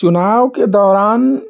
चुनाव के दौरान